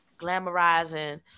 glamorizing